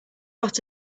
lot